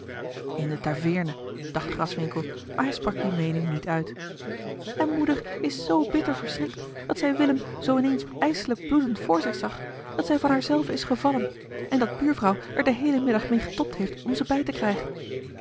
in de taveerne dacht graswinckel maar hij sprak die meening niet uit en moeder is zoo bitter verschrikt dat zij willem zoo in eens ijselijk bloedend voor zich zag dat zij van haar zelve is gevallen en dat buurvrouw er den heelen middag meê getobd heeft om ze bij te krijgen